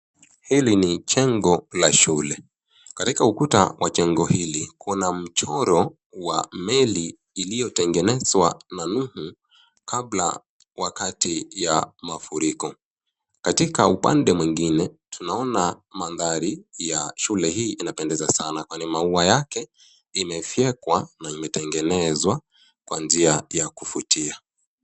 Hili ni jengo la shule. Katika ukuta wa jengo hili kuna mchoro wa meli iliyotengenezwa na Nuhu kabla wakati ya mafuriko. Katika upande mwingine tunaona madhari ya shule hii inapendeza sana kwani maua yake imefyekwa na imetengenezwa kwa njia ya kuvutia.